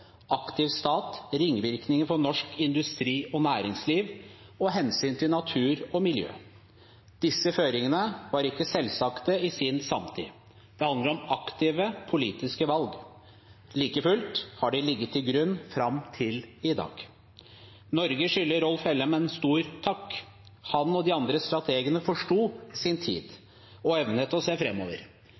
aktiv stat, ringvirkninger for norsk industri og næringsliv og hensyn til natur og miljø. Disse føringene var ikke selvsagte i sin samtid – det handlet om aktive politiske valg. Like fullt har de ligget til grunn fram til i dag. Norge skylder Rolf Hellem en stor takk. Han og de andre strategene forsto sin tid og evnet å se